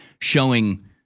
showing